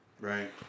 Right